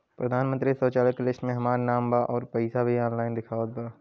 प्रधानमंत्री शौचालय के लिस्ट में हमार नाम बा अउर पैसा भी ऑनलाइन दिखावत बा